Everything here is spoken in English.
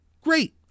Great